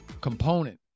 component